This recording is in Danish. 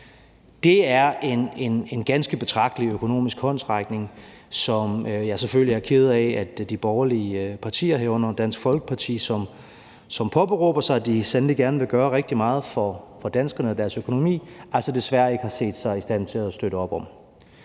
Det er en ganske betragtelig økonomisk håndsrækning, som jeg selvfølgelig er ked af at de borgerlige partier, herunder Dansk Folkeparti, som påberåber sig, at de sandelig gerne vil gøre rigtig meget for danskerne og deres økonomi, altså desværre ikke har set sig i stand til at støtte op om.